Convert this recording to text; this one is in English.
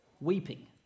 weeping